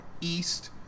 East